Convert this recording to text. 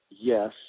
yes